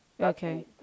Okay